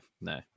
no